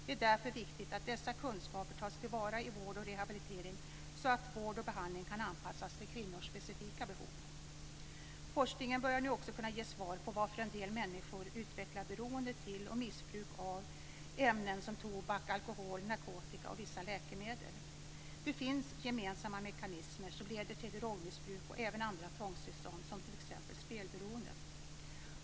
Det är därför viktigt att dessa kunskaper tas till vara i vård och rehabilitering så att vård och behandling kan anpassas till kvinnors specifika behov. Forskningen börjar nu också kunna ge svar på varför en del människor utvecklar beroende till och missbruk av ämnen som tobak, alkohol, narkotika och vissa läkemedel. Det finns gemensamma mekanismer som leder till drogmissbruk och även andra tvångstillstånd, t.ex. spelberoende.